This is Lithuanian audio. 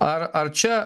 ar ar čia